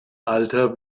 alter